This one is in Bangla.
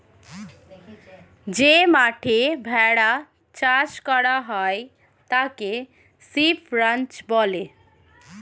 যে মাঠে ভেড়া চাষ করা হয় তাকে শিপ রাঞ্চ বলে